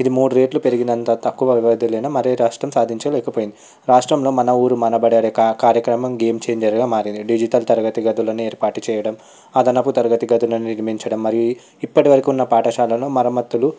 ఇది మూడు రేట్లు పెరిగినంత తక్కువ వ్యవధి అయిన మరే ఏ రాష్ట్రం సాధించలేకపోయింది రాష్ట్రంలో మన ఊరు మనబడి అనే కా కార్యక్రమం గేమ్ చేంజర్గా మారింది డిజిటల్ తరగతి గదులను ఏర్పాటు చేయడం అదనపు తరగతి గదులు నిర్మించడం మరియు ఇప్పటి వరకు ఉన్న పాఠశాలను మరమ్మత్తులు